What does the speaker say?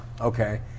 Okay